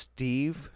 Steve